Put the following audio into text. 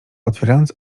otwierając